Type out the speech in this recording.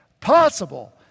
Possible